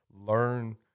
learn